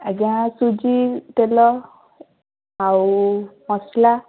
ଆଜ୍ଞା ସୁଜି ତେଲ ଆଉ ମସଲା